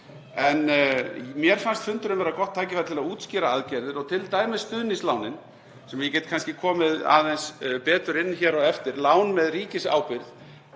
Mér fannst fundurinn vera gott tækifæri til að útskýra aðgerðir og t.d. stuðningslánin, sem ég get kannski komið aðeins betur inn á hér á eftir, lán með ríkisábyrgð.